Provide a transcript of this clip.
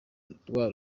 rwa